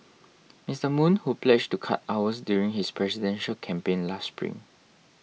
Mister Moon who pledged to cut hours during his presidential campaign last spring